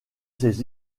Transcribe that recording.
ses